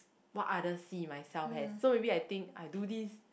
what others see myself as so maybe I think I do this